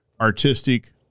artistic